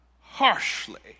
harshly